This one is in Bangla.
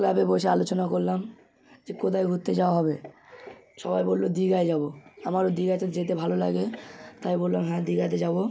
ক্লাবে বসে আলোচনা করলাম যে কোথায় ঘুরতে যাওয়া হবে সবাই বলল দিঘায় যাব আমারও দিঘাতে যেতে ভালো লাগে তাই বললাম হ্যাঁ দিঘাতে যাব